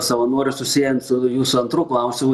savanorių susiejant su jūsų antru klausimu